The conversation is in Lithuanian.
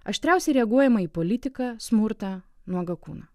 aštriausi reaguojama į politiką smurtą nuogą kūną